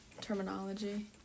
terminology